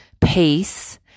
peace